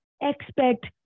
expect